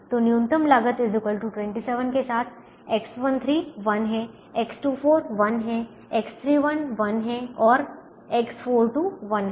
तो न्यूनतम लागत 27 के साथ X13 1 है X24 1 है X31 1 है X42 1 है